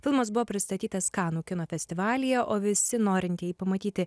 filmas buvo pristatytas kanų kino festivalyje o visi norintieji pamatyti